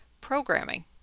programming